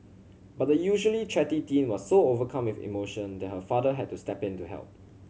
but the usually chatty teen was so overcome with emotion that her father had to step in to help